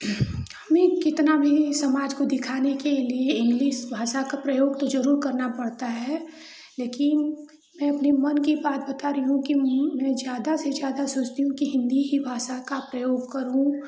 मैं कितना भी समाज को दिखाने के लिए इंग्लिश भाषा का प्रयोग तो ज़रूर करना पड़ता है लेकिन मैं अपने मन की बात बता रही हूँ कि वहीं मैं ज़्यादा से ज़्यादा सोचती हूँ की हिन्दी ही भाषा का प्रयोग करूँ